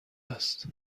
است